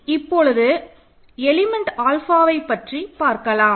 இப்பொழுது எலிமெண்ட் ஆல்ஃபாவை பற்றி பார்க்கலாம்